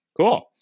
cool